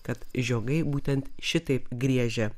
kad žiogai būtent šitaip griežia